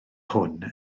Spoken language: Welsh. hwn